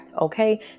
okay